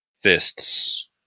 fists